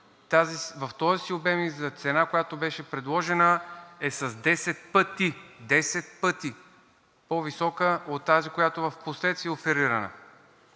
в този си обем и за цена, която беше предложена, е с 10 пъти по-висока от тази, която впоследствие е оферирана.